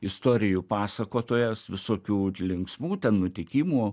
istorijų pasakotojas visokių linksmų ten nutikimų